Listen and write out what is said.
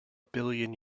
billion